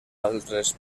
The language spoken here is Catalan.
altres